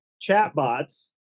chatbots